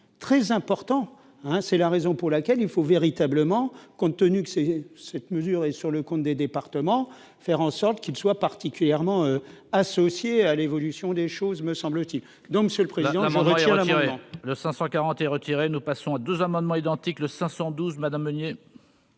très importants, hein, c'est la raison pour laquelle il faut véritablement compte tenu que c'est cette mesure est sur le compte des départements, faire en sorte qu'il soit particulièrement associé à l'évolution des choses me semble-t-il, donc, Monsieur le Président. Oui, je voudrais dire, voilà le 540 et retirer nous passons 2 amendements identiques, le 512 madame Meunier.